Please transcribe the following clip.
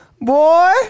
boy